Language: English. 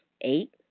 Eight